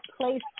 place